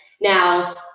Now